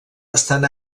estan